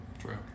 True